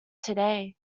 today